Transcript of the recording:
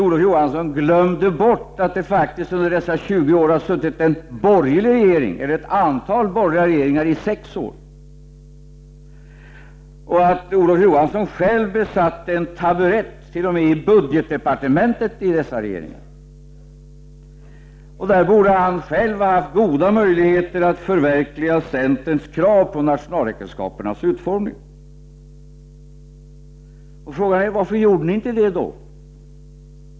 Olof Johansson glömmer bort att det faktiskt under dessa 20 år har suttit ett antal borgerliga regeringar i sex år och att Olof Johansson själv besatt en taburett t.o.m. i budgetdepartementet i dessa regeringar. Där borde han själv ha haft goda möjligheter att förverkliga centerns krav på nationalräkenskapernas utformning. Frågan är: Varför gjorde ni inte det då?